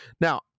Now